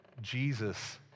Jesus